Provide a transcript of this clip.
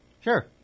Sure